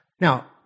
Now